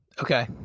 Okay